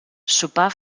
sopa